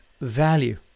value